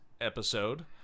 episode